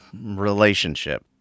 relationship